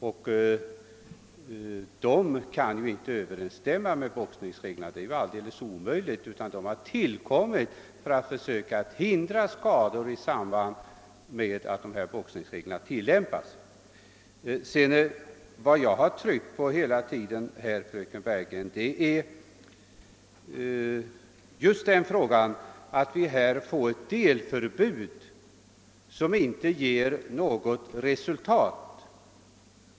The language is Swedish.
Dessa kan inte överensstämma med boxningsreglerna — det är alldeles omöjligt — utan de har tillkommit i syfte att försöka hindra skador i samband med att boxningsreglerna tillämpas. Vad jag hela tiden tryckt på är just att vi genom detta förslag får ett delförbud som inte ger något resultat.